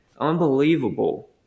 Unbelievable